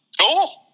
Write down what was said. cool